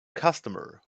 customer